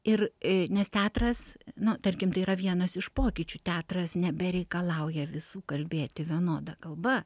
ir nes teatras nu tarkim tai yra vienas iš pokyčių teatras nebereikalauja visų kalbėti vienoda kalba